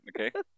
Okay